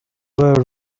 were